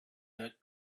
that